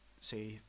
say